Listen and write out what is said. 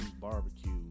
Barbecue